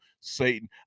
Satan